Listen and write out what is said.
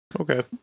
Okay